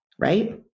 right